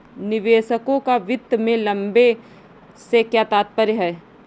निवेशकों का वित्त में लंबे से क्या तात्पर्य है?